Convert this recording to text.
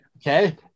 okay